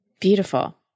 Beautiful